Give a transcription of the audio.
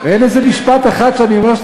זה לא נכון.